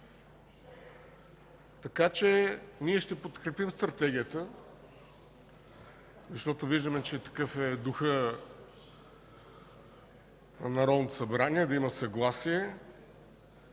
готов. Ние ще подкрепим Стратегията, защото виждаме, че такъв е духът в Народното събрание – да има съгласие,